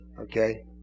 okay